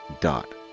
dot